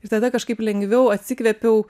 ir tada kažkaip lengviau atsikvėpiau